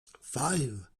five